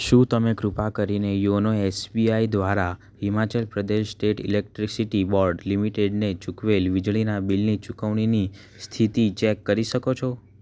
શું તમે કૃપા કરીને યોનો એસબીઆઈ દ્વારા Himachal Pradesh state electricity board લિમિટેડને ચૂકવેલ વીજળીના બિલની ચુકવણીની સ્થિતિ ચેક કરી શકો છો